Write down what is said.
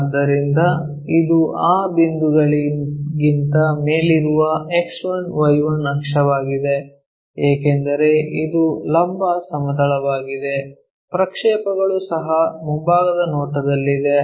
ಆದ್ದರಿಂದ ಇದು ಆ ಬಿಂದುಗಳಿಗಿಂತ ಮೇಲಿರುವ X1Y1 ಅಕ್ಷವಾಗಿದೆ ಏಕೆಂದರೆ ಇದು ಲಂಬ ಸಮತಲವಾಗಿದೆ ಪ್ರಕ್ಷೇಪಗಳು ಸಹ ಮುಂಭಾಗದ ನೋಟದಲ್ಲಿವೆ